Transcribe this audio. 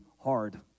hard